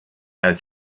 als